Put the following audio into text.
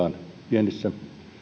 pienissä